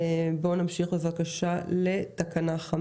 נמשיך בהקראה, בבקשה.